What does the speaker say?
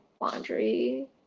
laundry